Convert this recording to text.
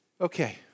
Okay